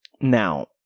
Now